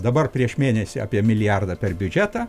dabar prieš mėnesį apie milijardą per biudžetą